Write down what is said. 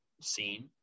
scene